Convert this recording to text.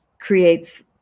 creates